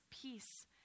peace